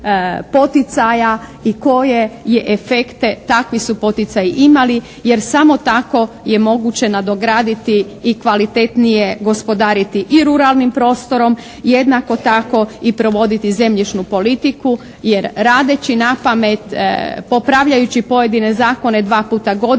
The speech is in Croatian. i koje je efekte takvi su poticaji imali. Jer samo tako je moguće nadograditi i kvalitetnije gospodariti i ruralnim prostorom. Jednako tako i provoditi zemljišnu politiku jer radeći na pamet, popravljajući pojedine zakone dva puta godišnje